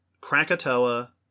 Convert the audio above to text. Krakatoa